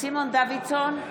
סימון דוידסון,